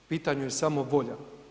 Pitanje je samo volja.